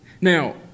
Now